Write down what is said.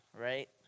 right